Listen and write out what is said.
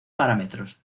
parámetros